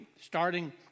starting